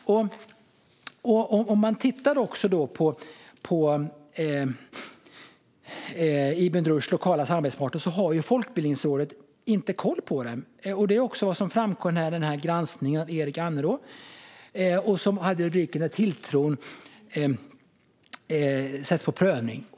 Folkbildningsrådet har inte koll på Ibn Rushds lokala samarbetspartner. Det var också vad som framkom i granskningen som gjordes av Erik Amnå och som hade rubriken När tilliten prövas .